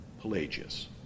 Pelagius